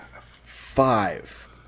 Five